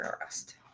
arrest